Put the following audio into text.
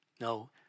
No